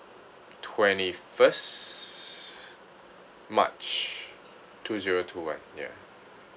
twenty first march two zero two one ya